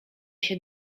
się